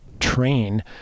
train